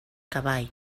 cavall